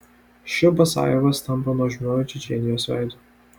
š basajevas tampa nuožmiuoju čečėnijos veidu